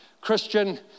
Christian